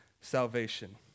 salvation